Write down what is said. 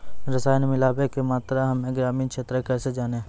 रसायन मिलाबै के मात्रा हम्मे ग्रामीण क्षेत्रक कैसे जानै?